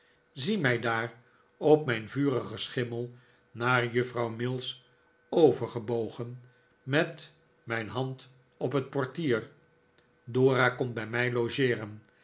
zie mij daar op mijn vurigen schimmel naar juffrouw mills overgebogen met mijn hand op het portier dora komt bij mij logeeren